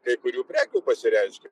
kai kurių prekių pasireiškia